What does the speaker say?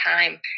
time